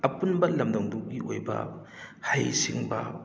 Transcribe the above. ꯑꯄꯨꯟꯕ ꯂꯝꯗꯝꯗꯨꯒꯤ ꯑꯣꯏꯕ ꯍꯩꯁꯤꯡꯕ